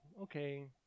okay